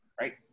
right